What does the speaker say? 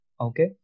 okay